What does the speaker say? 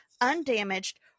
undamaged